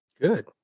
Good